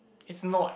it's not